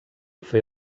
fer